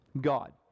God